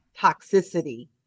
toxicity